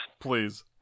please